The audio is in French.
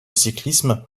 cyclisme